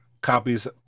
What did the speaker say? copies